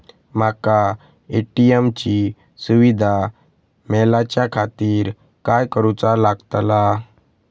माका ए.टी.एम ची सुविधा मेलाच्याखातिर काय करूचा लागतला?